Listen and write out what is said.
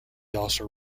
also